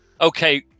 Okay